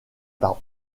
par